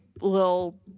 little